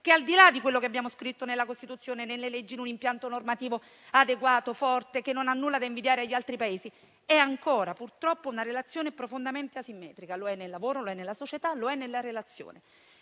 al di là di quanto scritto nella Costituzione, nelle leggi, in un impianto normativo adeguato forte che non ha nulla da invidiare agli altri Paesi. È ancora purtroppo profondamente asimmetrica nel lavoro, nella società, lo è nelle relazioni.